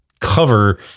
cover